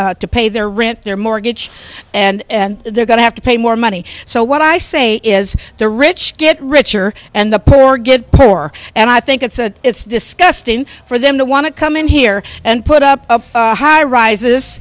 to pay their rent their mortgage and they're going to have to pay more money so what i say is the rich get richer and the poor get poorer and i think it's a it's disgusting for them to want to come in here and put up high rises